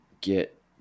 Get